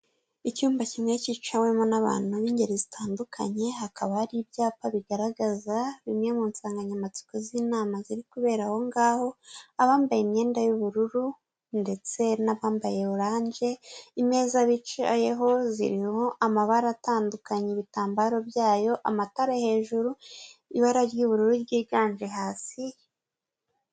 Icyumba kimwe cyicawemo n'abantu b'ingeri zitandukanye, hakaba hari ibyapa bigaragaza imwe mu nsanganyamatsiko z'inama ziri kubera aho ngaho, abambaye imyenda y'ubururu ndetse n'abambaye oranje, imeza bicayeho zirimo amabara atandukanye ibitambaro byayo, amatara hejuru, ibara ry'ubururu ryiganje hasi...